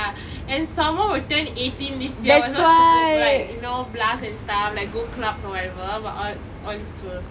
ya and someone will turn eighteen this year we're supposed to go like you know blast and stuff like go clubs or whatever but all all is closed